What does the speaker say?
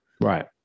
Right